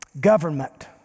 government